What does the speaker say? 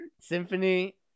symphony